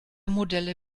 modelle